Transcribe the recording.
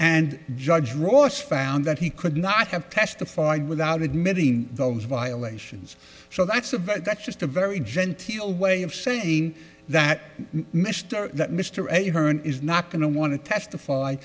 and judge royce found that he could not have testified without admitting those violations so that's a very that's just a very genteel way of saying that mr that mr a hern is not going to want to testify